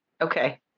Okay